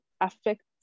affects